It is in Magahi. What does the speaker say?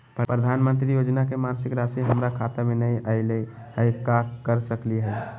प्रधानमंत्री योजना के मासिक रासि हमरा खाता में नई आइलई हई, का कर सकली हई?